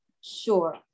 Sure